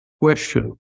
question